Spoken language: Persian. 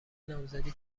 نامزدی